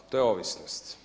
To je ovisnost.